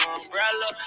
umbrella